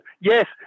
Yes